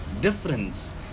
difference